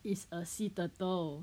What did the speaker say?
is a sea turtle